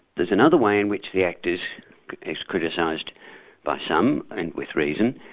there's another way in which the act is criticised by some, and with reason,